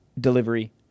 delivery